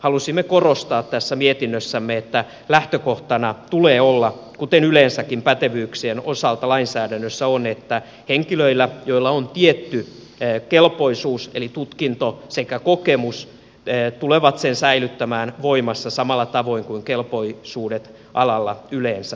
halusimme korostaa tässä mietinnössämme että lähtökohtana tulee olla kuten yleensäkin pätevyyksien osalta lainsäädännössä on että henkilöt joilla on tietty kelpoisuus eli tutkinto sekä kokemus tulevat sen säilyttämään voimassa samalla tavoin kuin kelpoisuudet alalla yleensä säilyvät